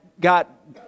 got